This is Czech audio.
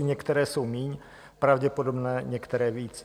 Některé jsou míň pravděpodobné, některé víc.